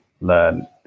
learn